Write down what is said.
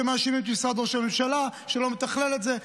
שמאשים את משרד ראש הממשלה שלא מתכלל את זה.